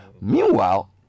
Meanwhile